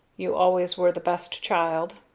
you always were the best child!